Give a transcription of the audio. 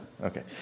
Okay